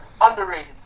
Underrated